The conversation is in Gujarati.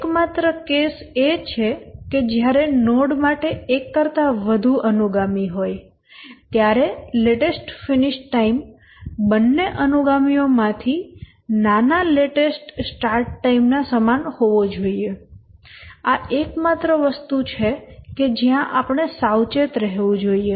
એકમાત્ર કેસ એ છે કે જ્યારે નોડ માટે એક કરતાં વધુ અનુગામી હોય ત્યારે લેટેસ્ટ ફિનિશ ટાઈમ બંને અનુગામી ઓ માં થી નાના લેટેસ્ટ સ્ટાર્ટ ટાઈમ ના સમાન હોવો જોઈએ આ એકમાત્ર વસ્તુ છે કે જ્યાં આપણે સાવચેત રહેવું જોઈએ